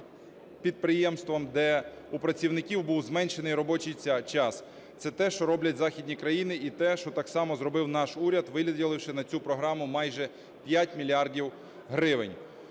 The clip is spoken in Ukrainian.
підприємствам, де у працівників був зменшений робочий час, це те, що роблять західні країни, і те, що так само зробив наш уряд, виділивши на цю програму майже 5 мільярдів гривень.